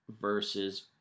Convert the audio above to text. versus